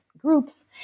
groups